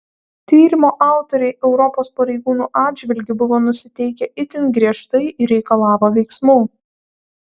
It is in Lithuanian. tyrimo autoriai europos pareigūnų atžvilgiu buvo nusiteikę itin griežtai ir reikalavo veiksmų